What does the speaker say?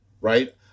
right